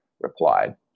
replied